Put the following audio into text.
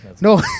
No